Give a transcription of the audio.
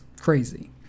crazy